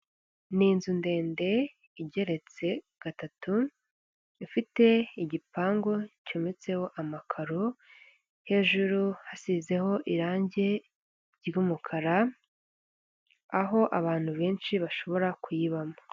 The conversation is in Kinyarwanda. Ni inzu ndende igeretse gatatu, ifite igipangu cyometseho amakaro, hejuru hasizeho irange ry'umukara, aho abantu benshi bashobora kuyibamo.